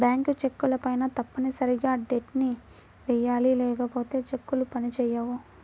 bank చెక్కులపైన తప్పనిసరిగా date ని వెయ్యాలి లేకపోతే చెక్కులు పని చేయవు